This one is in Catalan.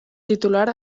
titular